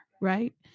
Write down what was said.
right